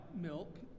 milk